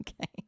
Okay